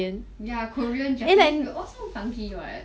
ya korean japanese they all so funky [what]